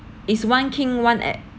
is one king one at